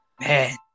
Man